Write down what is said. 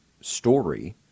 story